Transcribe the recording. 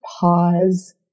pause